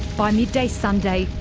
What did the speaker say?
by midday sunday,